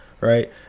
Right